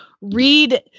read